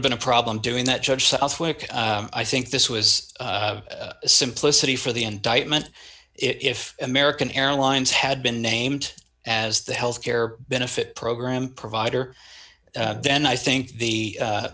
been a problem doing that judge southwick i think this was a simplicity for the indictment if american airlines had been named as the health care benefit program provider then i think the